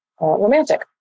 romantic